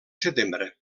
setembre